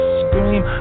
scream